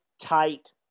tight